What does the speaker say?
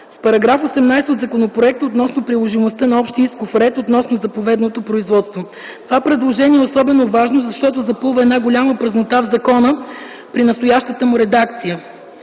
С § 18 от законопроекта относно приложимостта на общия исков процес, относно заповедното производство. Това предложение е особено важно, защото запълва една голяма празнота в закона при настоящата му редакция.